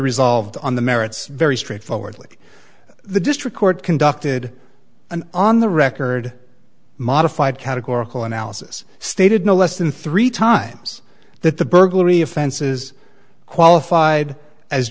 resolved on the merits very straightforwardly the district court conducted an on the record modified categorical analysis stated no less than three times that the burglary offenses qualified as